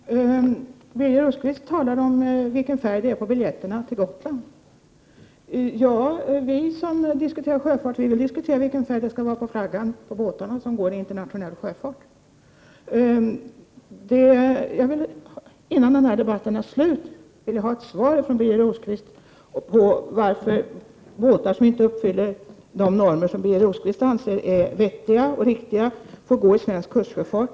Herr talman! Birger Rosqvist talade om vilken färg det är på biljetterna till Gotland. Vi som diskuterar sjöfart vill diskutera vilken färg det skall vara på flaggorna på de båtar som går i internationell sjöfart. Innan denna debatt är slut vill jag ha ett svar från Birger Rosqvist på varför båtar som inte uppfyller de normer som Birger Rosqvist anser är vettiga och riktiga får gå i svensk kustsjöfart.